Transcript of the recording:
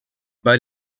bei